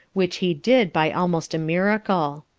which he did by almost a miracle.